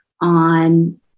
on